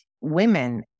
women